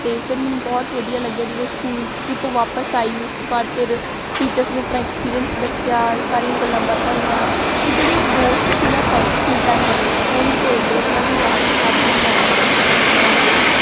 ਅਤੇ ਫਿਰ ਮੈਨੂੰ ਬਹੁਤ ਵਧੀਆ ਲੱਗਿਆ ਜਦੋਂ ਸਕੂਲ ਟਰਿਪ ਵਾਪਸ ਆਈ ਉਸ ਤੋਂ ਬਾਅਦ ਫਿਰ ਟੀਚਰਸ ਨੂੰ ਆਪਣਾ ਐਕਸਪੀਰੀਅੰਸ ਦੱਸਿਆ ਸਾਰੀਆਂ ਗੱਲਾਂ ਬਾਤਾਂ ਹੋਈਆਂ ਅਤੇ ਜਿਹੜੇ ਉਹ ਦੋਸਤ ਸੀ ਨਾ ਕੋਲਸ ਸਕੂਲ ਟਾਈਮ ਵਾਲੇ ਉਹ ਨਹੀਂ ਭੁੱਲਦੇ ਉਹਨਾਂ ਦੀ ਯਾਦ ਅੱਜ ਵੀ ਆਉਂਦੀ ਆ ਧੰਨਵਾਦ